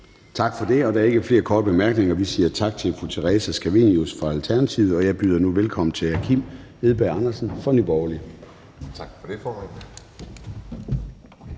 Tak for det. Der er ikke flere korte bemærkninger, og så siger vi tak til fru Theresa Scavenius fra Alternativet. Jeg byder nu velkommen til hr. Kim Edberg Andersen fra Nye Borgerlige. Kl.